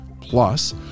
Plus